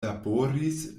laboris